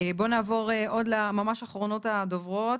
בואו נעבור לעוד, ממש אחרונות הדוברות.